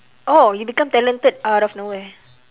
orh you become talented out of nowhere